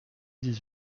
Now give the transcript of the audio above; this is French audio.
dix